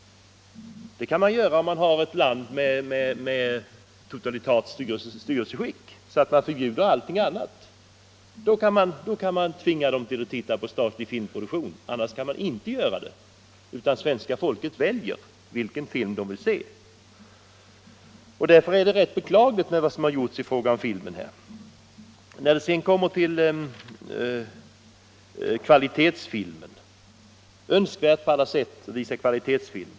I ett land med totalitärt styrelseskick, där man förbjuder allting annat, kan man tvinga människorna att titta på statligt producerad film, annars kan man inte göra det. Svenska folket väljer vilken film det vill se. Det är på alla sätt önskvärt att visa kvalitetsfilm.